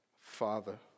Father